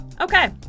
Okay